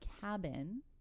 cabin